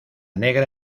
negra